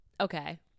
okay